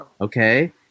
Okay